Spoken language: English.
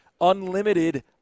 unlimited